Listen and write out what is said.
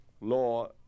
law